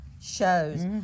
shows